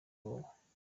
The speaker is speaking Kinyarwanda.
n’ubwoba